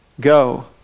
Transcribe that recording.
Go